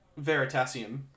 Veritasium